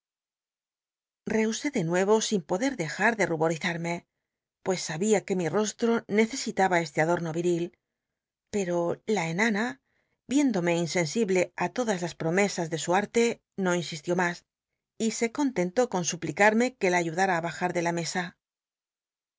usé de nuevo sin poderdejar de ruborizarme j pues sabia que mi rostro necesitaba este adorno yiril pero la enana yiéndomc insensible á todas las promesas de su arte no insistió mas y se contentó con sl plicarme que la ayudara á bajar de la mesa